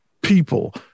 people